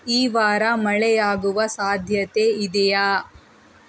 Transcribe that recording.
ಈ ವಾರ ಮಳೆಯಾಗುವ ಸಾಧ್ಯತೆ ಇದೆಯಾ